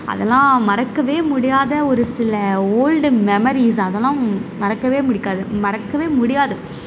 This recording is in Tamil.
அதெல்லாம் மறக்கவே முடியாத ஒரு சில ஓல்டு மெமரீஸ் அதெல்லாம் மறக்கவே பிடிக்காது மறக்கவே முடியாது